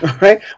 right